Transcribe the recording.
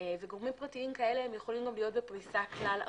וגורמים פרטיים כאלה יכולים גם להיות בפריסה כלל ארצית,